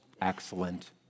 excellent